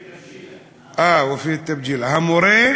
המורה,